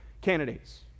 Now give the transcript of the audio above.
candidates